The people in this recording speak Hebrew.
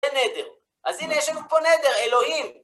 זה נדר. אז הנה יש לנו פה נדר, אלוהים.